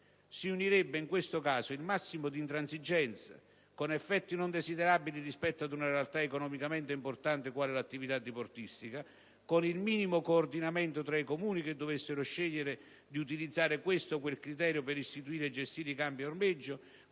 Si unirebbe, in questo caso, il massimo di intransigenza (con effetti non desiderabili rispetto ad una realtà economicamente importante quale l'attività diportistica) con il minimo coordinamento tra i Comuni che dovessero scegliere di utilizzare questo o quel criterio per istituire e gestire i campi ormeggi,